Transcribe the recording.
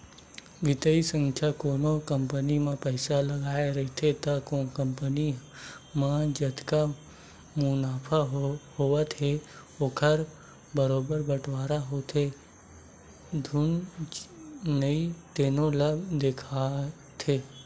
बित्तीय संस्था कोनो कंपनी म पइसा लगाए रहिथे त कंपनी म जतका मुनाफा होवत हे ओखर बरोबर बटवारा होवत हे धुन नइ तेनो ल देखथे